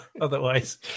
otherwise